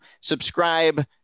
subscribe